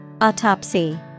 Autopsy